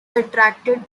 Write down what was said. attracted